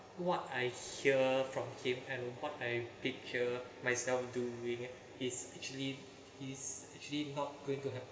what I hear from him and what I picture myself doing is actually is actually not going to happen